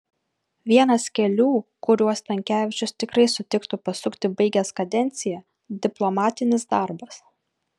vienas kelių kuriuo stankevičius tikrai sutiktų pasukti baigęs kadenciją diplomatinis darbas